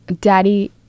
daddy